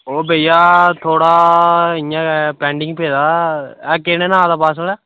ओह् भैया थोह्ड़ा इंया गै पैंडिग पेदा एह् केह्ड़े नां दा पॉर्सल ऐ